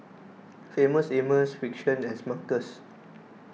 Famous Amos Frixion and Smuckers